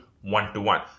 one-to-one